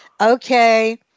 okay